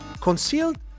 Concealed